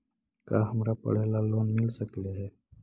का हमरा पढ़े ल लोन मिल सकले हे?